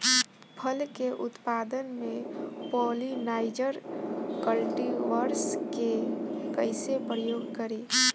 फल के उत्पादन मे पॉलिनाइजर कल्टीवर्स के कइसे प्रयोग करी?